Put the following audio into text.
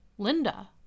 Linda